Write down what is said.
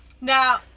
Now